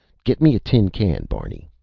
get me a tin can, barney.